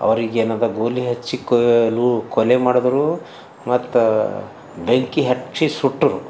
ಅವರಿಗೇನದ ಗೋಲಿ ಹಚ್ಚಿ ಕೊಲೂ ಕೊಲೆ ಮಾಡಿದ್ರು ಮತ್ತು ಬೆಂಕಿ ಹಚ್ಚಿ ಸುಟ್ಟರು